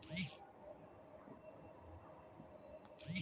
जमलो पानी क स्रोत जैसें तालाब, कुण्यां, डाँड़, खनता आदि म पैलो जाय छै